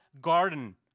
garden